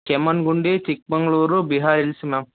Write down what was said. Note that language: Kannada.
ಕೆಮ್ಮಣ್ಣುಗುಂಡಿ ಚಿಕ್ಕಮಗಳೂರು ಬಿ ಆರ್ ಹಿಲ್ಸ್ ಮ್ಯಾಮ್